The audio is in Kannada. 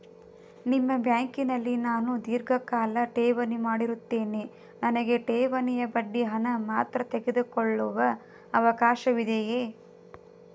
ನಿಮ್ಮ ಬ್ಯಾಂಕಿನಲ್ಲಿ ನಾನು ಧೀರ್ಘಕಾಲ ಠೇವಣಿ ಮಾಡಿರುತ್ತೇನೆ ನನಗೆ ಠೇವಣಿಯ ಬಡ್ಡಿ ಹಣ ಮಾತ್ರ ತೆಗೆದುಕೊಳ್ಳುವ ಅವಕಾಶವಿದೆಯೇ?